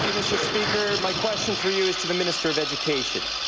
speaker. my question through you is to the minister of education.